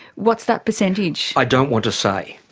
what's that percentage? i don't want to say.